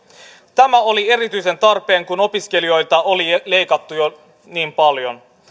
tämä oli erityisen tarpeen kun opiskelijoilta oli leikattu jo niin paljon